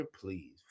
please